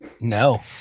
No